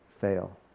fail